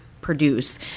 produce